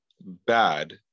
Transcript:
bad